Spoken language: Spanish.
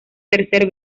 tercer